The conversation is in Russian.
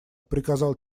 приказал